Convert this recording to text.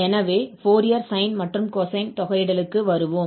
எனவே Fourier sine மற்றும் cosine தொகையிடலுக்கு வருவோம்